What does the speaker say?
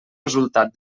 resultat